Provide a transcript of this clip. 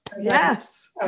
Yes